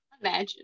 Imagine